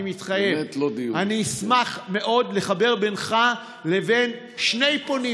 אני מתחייב: אשמח מאוד לחבר בינך לבין שני פונים,